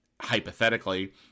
hypothetically